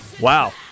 Wow